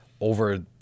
over